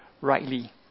rightly